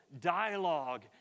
dialogue